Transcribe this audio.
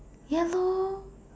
ya lor